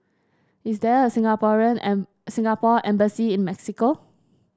is there a Singaporean and Singapore Embassy in Mexico